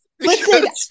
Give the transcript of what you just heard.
Listen